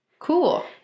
Cool